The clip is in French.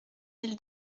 mille